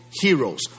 heroes